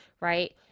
right